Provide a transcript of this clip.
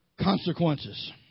consequences